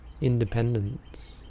independence